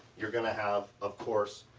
you're gonna have, of course,